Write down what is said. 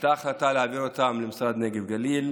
הייתה החלטה להעביר אותם למשרד הנגב והגליל